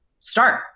start